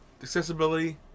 Accessibility